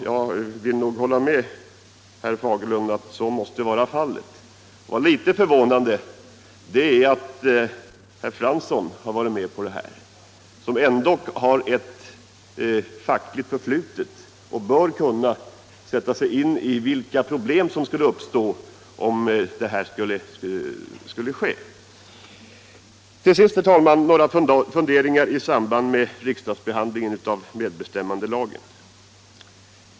Jag vill nog hålla med herr Fagerlund om att så måste vara fallet. Litet förvånande är också att herr Fransson har varit med på det här, eftersom han ändå har ett fackligt. förlutet och bör kunna sätta sig in i vilka problem som skulle uppstå. Till sist, herr talman, några funderingar i samband med riksdagsbehandlingen av medbestämmandelagen!